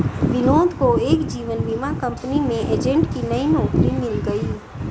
विनोद को एक जीवन बीमा कंपनी में एजेंट की नई नौकरी मिल गयी